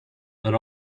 but